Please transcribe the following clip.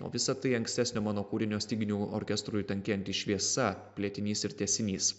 o visa tai ankstesnio mano kūrinio styginių orkestrui tankėjanti šviesa plėtinys ir tęsinys